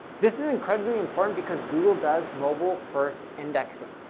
this is incredibly important because google does mobile first indexing,